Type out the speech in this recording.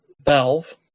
Valve